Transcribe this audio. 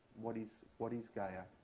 what is what is gaia?